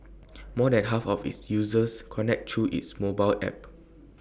more than half of its users connect through its mobile app